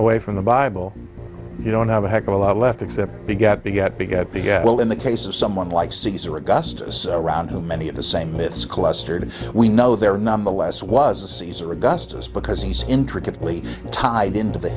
away from the bible you don't have a heck of a lot left except you got to get bigger well in the case of someone like caesar augustus around so many of the same myths clustered we know there are nonetheless was a caesar augustus because he's intricately tied into the